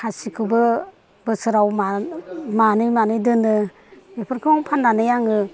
खासिखौबो बोसोराव मानै मानै दोनो बेफोरखौ आं फाननानै आङो